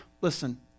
listen